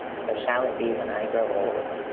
so shall it be when i grow old?